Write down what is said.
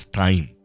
time